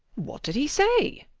what did he say?